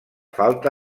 falta